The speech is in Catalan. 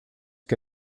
que